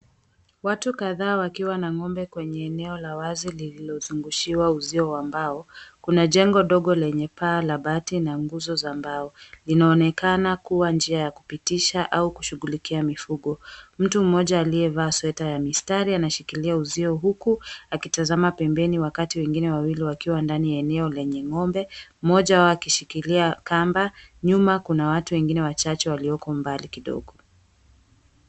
Watu kadhaa wakiwa na ng'ombe kwenye eneo la wazi lililo zungushiwa uzio wa mbao, kuna jengo dogo lenye paa la bati na nguzo za mbao linaonekana kuwa njia ya kupitisha au kushughulikia mifugo, mtu mmoja aliyevaa sweta ya mistari anashikilia uzio huku akitazama pembeni wakati wengine wawili wakiwa ndani ya eneo lenye ng'ombe mmoja wao akishikilia kamba nyuma kuna watu wengine wachache walioko mbali kidogo.